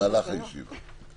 במהלך הישיבה.